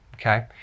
okay